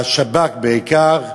השב"כ בעיקר,